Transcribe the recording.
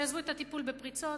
שיעזבו את הטיפול בפריצות,